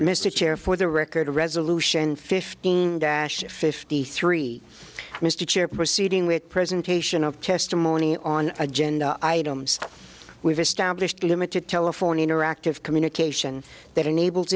mr chair for the record resolution fifteen dash fifty three mr chair proceeding with presentation of testimony on agenda items we've established limited telephone interactive communication that enable